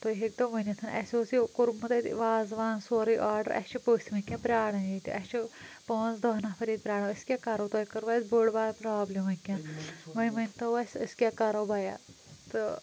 تُہۍ ہیٚکتو ؤنِتھ اَسہِ اوس یہِ کوٚرمُت اَتہِ وازوان سورُے آرڈَر اَسہِ چھِ پٔژھۍ وٕنۍکٮ۪ن پرٛاران ییٚتہِ اَسہِ چھِ پانٛژھ داہ نفر ییٚتہِ پرٛاران أسۍ کیاہ کَرو تۄہہِ کَرٕوٕ اَسہِ بٔڑ بار پرٛابلِم وٕنۍکٮ۪ن وۄنۍ ؤنۍتو اَسہِ أسۍ کیٛاہ کَرو بَیا تہٕ